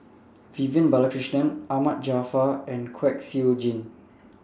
Vivian Balakrishnan Ahmad Jaafar and Kwek Siew Jin